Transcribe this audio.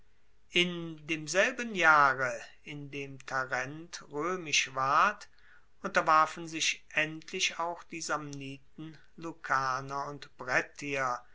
in demselben jahre in dem tarent roemisch ward unterwarfen sich endlich auch die samniten lucaner und brettier